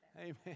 Amen